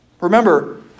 Remember